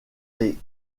les